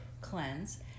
Cleanse